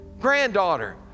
granddaughter